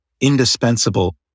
indispensable